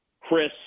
Chris